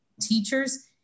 teachers